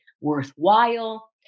worthwhile